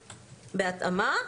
בהתאמה,